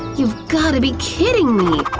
you've got to be kidding me.